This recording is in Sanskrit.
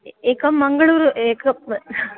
एकं मङ्गलूरु एकं